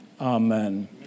Amen